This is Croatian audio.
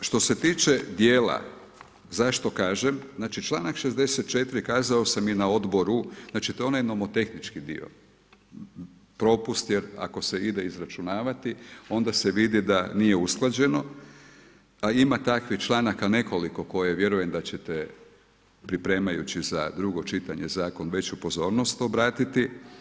I što se tiče djela zašto kažem, znači članak 64., kazao sam i na odboru,, znači to je novotehnički dio, propust jer ako se ide izračunavati, onda se vidi da nije usklađeno, a ima takvih članaka nekoliko koje vjerujem da ćete pripremajući za drugo čitanje zakona veću pozornost obratiti.